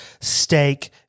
steak